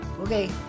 Okay